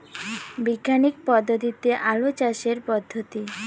বিজ্ঞানিক পদ্ধতিতে আলু চাষের পদ্ধতি?